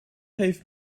heeft